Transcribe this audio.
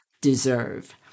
deserve—